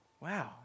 Wow